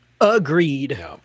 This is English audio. Agreed